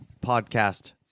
podcast